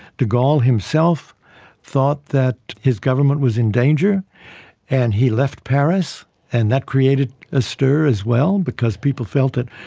de gaulle himself thought that his government was in danger and he left paris and that created a stir as well because people felt that,